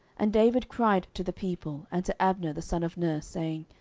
and david cried to the people, and to abner the son of ner, saying,